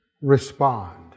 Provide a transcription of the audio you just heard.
respond